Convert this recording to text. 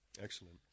Excellent